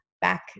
back